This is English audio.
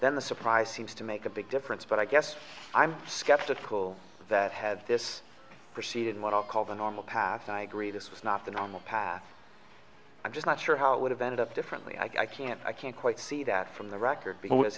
then the surprise seems to make a big difference but i guess i'm skeptical that has this proceed in what i'll call the normal path and i agree this is not the normal path i'm just not sure how it would have ended up differently i can't i can't quite see that from the record be